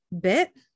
bit